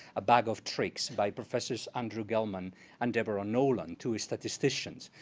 a bag of tricks, by professors andrew gelman and deborah nolan, two statisticians.